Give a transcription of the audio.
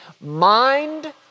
mind